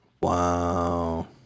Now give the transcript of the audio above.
Wow